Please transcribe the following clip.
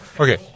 Okay